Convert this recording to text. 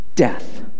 death